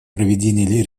проведения